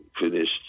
finished